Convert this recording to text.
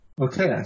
Okay